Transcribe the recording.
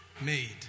made